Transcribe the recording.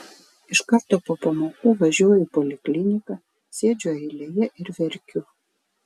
iš karto po pamokų važiuoju į polikliniką sėdžiu eilėje ir verkiu